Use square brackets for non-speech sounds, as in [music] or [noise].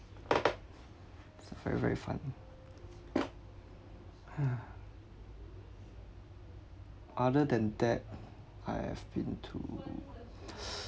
it's a very very fun [noise] other than that I have been to [noise]